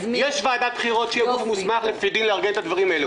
יש ועדת בחירות שמוסמכת לפי דין לארגן את הדברים האלו.